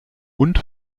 und